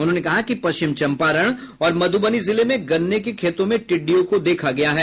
उन्होंने कहा कि पश्चिम चम्पारण और मधुबनी जिले में गन्ने के खेतों पर टिड्डियों को देखा गया है